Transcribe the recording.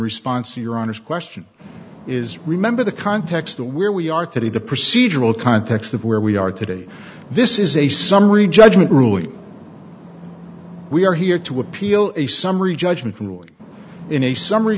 response to your honor's question is remember the context of where we are today the procedural context of where we are today this is a summary judgment ruling we are here to appeal a summary judgment ruling in a summary